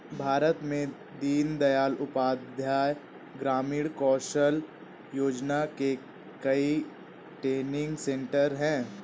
भारत में दीन दयाल उपाध्याय ग्रामीण कौशल योजना के कई ट्रेनिंग सेन्टर है